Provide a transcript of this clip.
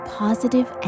positive